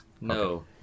No